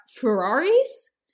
Ferraris